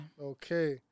Okay